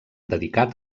dedicat